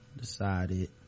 decided